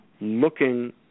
looking